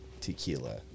tequila